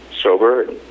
sober